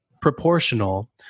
proportional